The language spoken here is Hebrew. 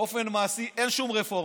באופן מעשי, אין שום רפורמה.